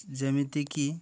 ଯେମିତିକି